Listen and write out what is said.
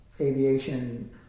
aviation